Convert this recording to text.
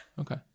Okay